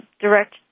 direct